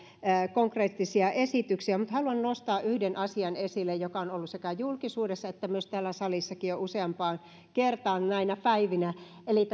konkreettisia esityksiä mutta haluan nostaa esille yhden asian joka on ollut sekä julkisuudessa että täällä salissakin jo useampaan kertaan näinä päivinä